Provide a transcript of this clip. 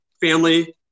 family